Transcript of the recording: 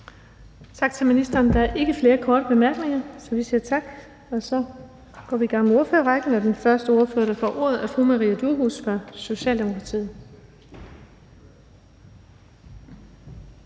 Tak til ministeren. Der er ikke flere korte bemærkninger, så vi siger tak til ministeren. Vi går i gang med ordførerrækken, og den første ordfører, der får ordet, er fru Maria Durhuus fra Socialdemokratiet.